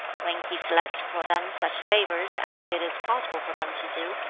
when he selects for them such labors as it is possible for them to do,